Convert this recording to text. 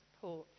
support